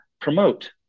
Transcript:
promote